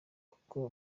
uko